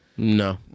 No